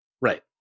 right